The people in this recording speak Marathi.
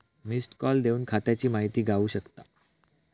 मिस्ड कॉल देवन खात्याची माहिती गावू शकता